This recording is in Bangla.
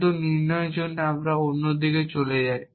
কিন্তু নির্ণয়ের ক্ষেত্রে আমরা এই অন্য দিকে চলে যাই